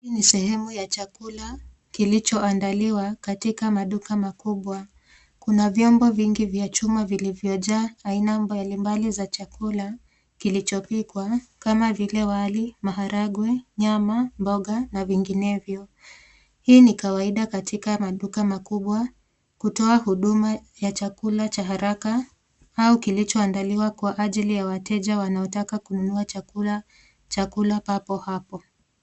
Hii ni sehemu ya chakula kilichoandaliwa katika maduka makubwa. Kuna vyombo vini vya chuma zilizojaa aina mbalimbali za chakula kilichopikwa kama vile wali, maharage, nyama, mboga na vinginevyo. Hii ni kawaida katika maduka makubwa kutoa huduma ya chakula cha haraka au kilichoandaliwa kwa ajili ya wateja wanaotaka kununua chakula papo hapo.